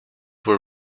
were